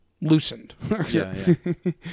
loosened